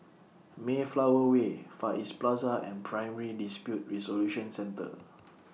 Mayflower Way Far East Plaza and Primary Dispute Resolution Centre